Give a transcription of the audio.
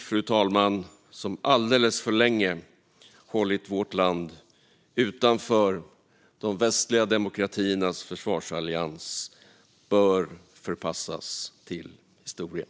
Den politik som alldeles för långe hållit vårt land utanför de västliga demokratiernas försvarsallians bör förpassas till historien.